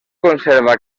conserva